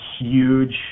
huge